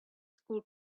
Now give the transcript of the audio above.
school